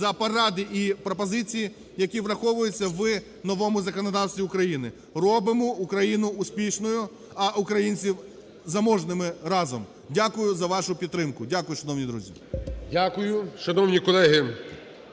за поради і пропозиції, які враховуються в новому законодавстві України. Робимо Україну успішною, а українців заможними разом. Дякую за вашу підтримку. Дякую, шановні друзі! ГОЛОВУЮЧИЙ. Дякую. Шановні колеги,